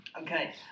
Okay